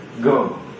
go